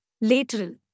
lateral